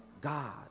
God